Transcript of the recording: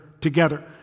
together